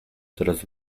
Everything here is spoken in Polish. coraz